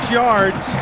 yards